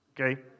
okay